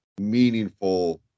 meaningful